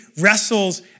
wrestles